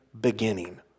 beginning